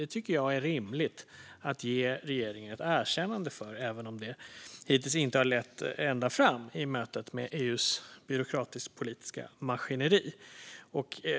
Det tycker jag är rimligt att ge regeringen ett erkännande för, även om det hittills inte har lett ända fram i mötet med EU:s byråkratisk-politiska maskineri.